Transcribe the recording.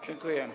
Dziękuję.